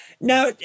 now